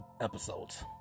episodes